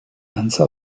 hansa